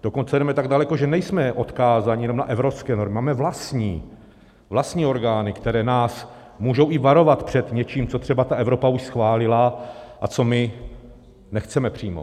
Dokonce jdeme tak daleko, že nejsme odkázáni jenom na evropské normy, máme vlastní, vlastní orgány, které nás můžou i varovat před něčím, co třeba ta Evropa už schválila a co my nechceme přijmout.